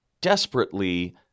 desperately